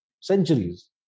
centuries